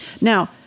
Now